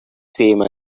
same